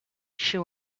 she